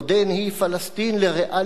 לריאלית יותר מאי-פעם.